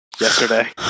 yesterday